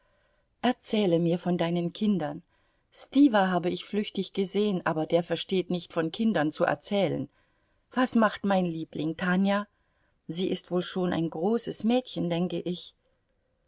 erzähle mir von deinen kindern stiwa habe ich flüchtig gesehen aber der versteht nicht von kindern zu erzählen was macht mein liebling tanja sie ist wohl schon ein großes mädchen denke ich